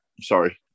Sorry